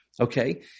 Okay